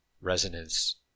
resonance